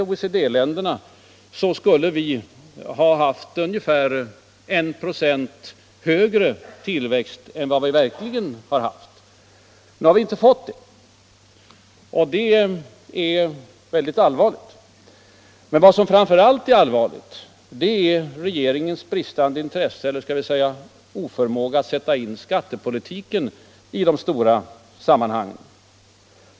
Vi skulle ha haft ungefär 196 högre tillväxt än vad vi verkligen har haft. Nr 60 Men ännu allvarligare är regeringens bristande intresse eller oförmåga Onsdagen den att sätta in skattepolitiken i de stora sammanhangen.